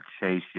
Chase